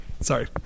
Sorry